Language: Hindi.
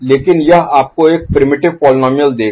लेकिन यह आपको एक प्रिमिटिव Primitive आदिम पोलीनोमिअल देगा